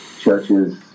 churches